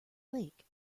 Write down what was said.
lake